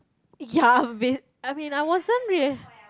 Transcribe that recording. ya been I mean I wasn't